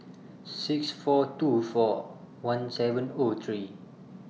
six four two four one seven O three